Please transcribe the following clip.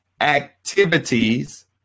activities